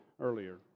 earlier